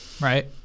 right